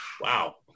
Wow